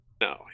No